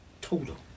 Total